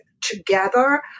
together